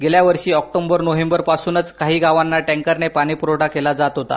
गेल्यावर्षी ऑक्टोबर नोव्हेंबरपासूनच काही गावांना टैंकरने पाणीपुरवठा केला जात होता